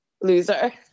loser